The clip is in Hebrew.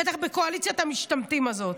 בטח בקואליציית המשתמטים הזאת.